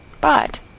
But